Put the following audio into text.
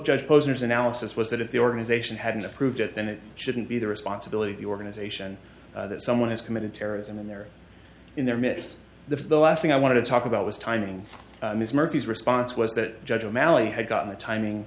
judge posner's analysis was that if the organization hadn't approved it then it shouldn't be the responsibility of the organization that someone has committed terrorism in their in their midst the last thing i wanted to talk about was timing ms murphy's response was that judge o'malley had gotten the timing